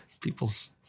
people's